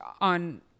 on